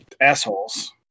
assholes